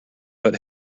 but